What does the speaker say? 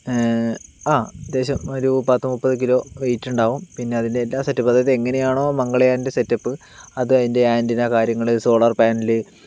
ആ അത്യാവശ്യം ഒരു പത്തു മുപ്പത് കിലോ വെയ്റ്റ് ഉണ്ടാകും പിന്നെ അതിൻ്റെ എല്ലാ സെറ്റപ്പ് അത് ഇതെങ്ങനെയാണോ മംഗളയാൻ്റെ സെറ്റപ്പ് അത് അതിൻ്റെ ആന്റിന കാര്യങ്ങൾ സോളാർ പാനൽ